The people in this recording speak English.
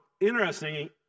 interesting